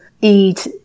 eat